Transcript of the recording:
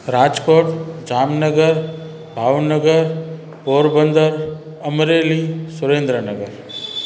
Rajkot Jamnagar Bhavnagar Porbandar Amreli Surendra Nagar